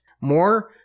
More